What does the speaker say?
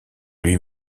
lui